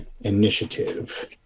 initiative